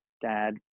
Dad